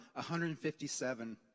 157